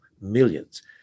millions